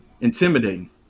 intimidating